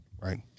right